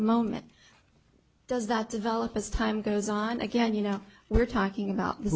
moment does that develop as time goes on again you know we're talking about th